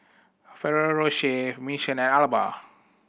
Ferrero Rocher Mission and Alba